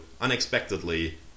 unexpectedly